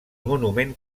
monument